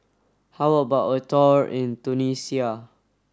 how about a tour in Tunisia